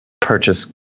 purchase